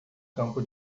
campo